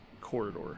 corridor